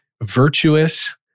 virtuous